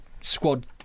squad